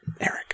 Eric